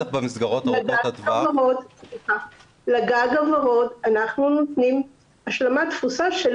בטח במסגרות ארוכות הטווח --- לגג הוורוד אנחנו נותנים השלמת תפוסה של